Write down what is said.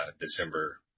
December